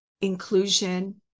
inclusion